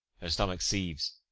her stomach seethes,